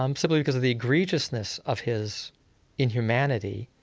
um simply because of the egregiousness of his inhumanity.